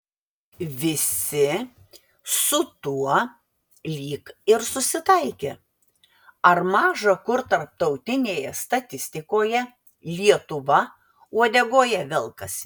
visi su tuo lyg ir susitaikė ar maža kur tarptautinėje statistikoje lietuva uodegoje velkasi